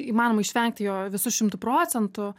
įmanoma išvengti jo visu šimtu procentų